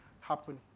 happen